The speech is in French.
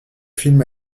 film